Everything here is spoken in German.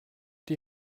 die